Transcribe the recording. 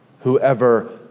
Whoever